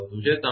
તમે મેળવશો